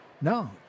No